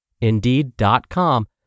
Indeed.com